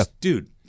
Dude